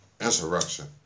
Insurrection